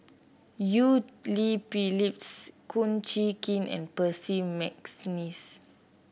Eu Cheng Li Phyllis Kum Chee Kin and Percy McNeice